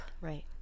Right